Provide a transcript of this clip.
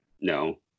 no